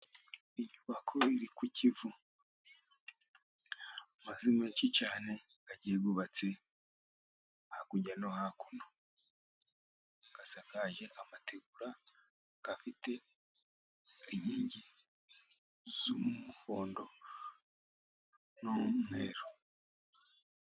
Inyubako iri ku Kivu. Amazu menshi cyane agiye yubatse hakurya no hakuno. Asakaje amategura, afite inkingi z'umuhondo n'umweru.